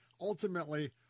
ultimately